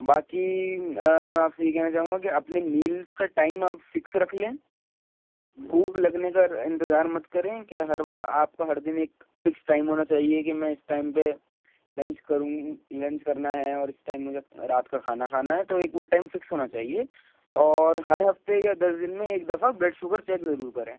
باقی میں آپ سے یہ کہنا چاہوں گا کہ اپنے میلس کا ٹائم آپ فکس رکھ لیں بھوک لگنے کا انتظار مت کریں کہ ہر آپ کا ہر دن ایک فکس ٹائم ہونا چاہیے کہ میں اس ٹائم پہ لنچ کروں لنچ کرنا ہے اور اس ٹائم مجھے رات کا کھانا کھانا ہے تو ایک وہ ٹائم فکس ہونا چاہیے اور ہر ہفتے یا دس دن میں ایک دفعہ بلڈ شوگر چیک ضرور کریں